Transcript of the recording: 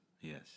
Yes